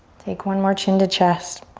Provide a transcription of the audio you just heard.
take one more chin to chest.